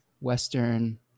Western